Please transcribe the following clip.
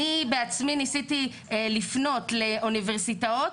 אני בעצמי ניסיתי לפנות לאוניברסיטאות,